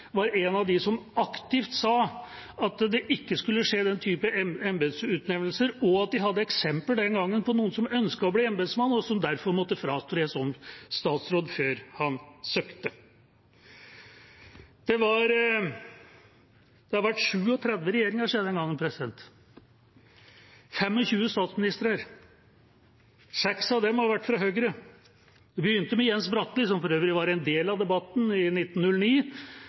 var en av dem som aktivt sa at det ikke skulle skje den typen embetsutnevnelser, og at de den gangen hadde eksempler på noen som ønsket å bli embetsmann og derfor måtte fratre som statsråd før han søkte, har det vært 37 regjeringer og 25 statsministre. Seks av dem har vært fra Høyre. Det begynte med Jens Bratlie – som for øvrig var en del av debatten i 1909,